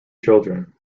children